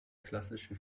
klassische